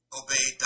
obey